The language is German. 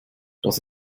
dass